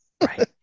Right